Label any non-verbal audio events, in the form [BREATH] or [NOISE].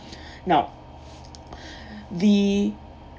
[BREATH] now [BREATH] the